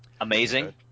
Amazing